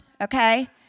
Okay